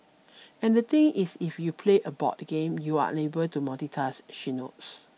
and the thing is if you play a board game you are unable to multitask she notes